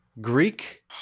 Greek